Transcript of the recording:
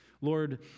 Lord